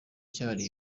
cyahariwe